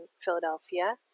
Philadelphia